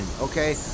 okay